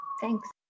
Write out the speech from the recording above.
thanks